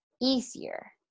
easier